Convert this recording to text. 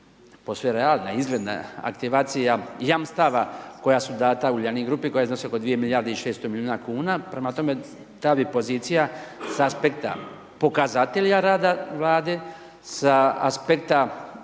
posve realna izgledna, aktivacija jamstava koja su data Uljanik grupi koja iznosi oko 2 milijarde i 600 milijuna kuna prema tome ta bi pozicija s aspekta pokazatelja rada Vlade, sa aspekta